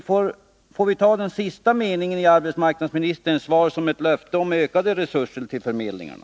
Får vi ta den sista meningen i arbetsmarknadsministerns svar som ett löfte om ökade resurser till förmedlingarna?